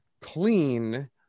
clean